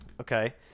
okay